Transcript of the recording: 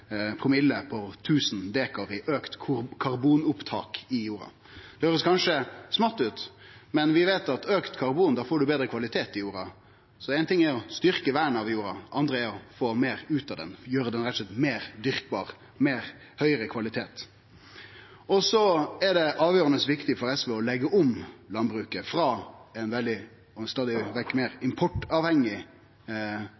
promille per 1 000 dekar i auka karbonopptak i jorda. Det høyrast kanskje smått ut, men vi veit at auka karbon gir betre kvalitet på jorda. Så éin ting er å styrkje vernet av jorda, det andre er å få meir ut av jorda, rett og slett å gjere ho meir dyrkbar, av høgare kvalitet. Det er avgjerande viktig for SV å leggje om landbruket, frå ein stadig vekk meir